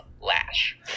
Lash